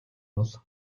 бол